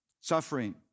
Suffering